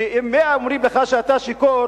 אם מאה אנשים אומרים לך שאתה שיכור,